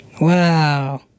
Wow